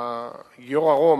גיורא רום,